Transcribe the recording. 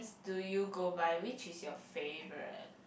do you go by which is your favourite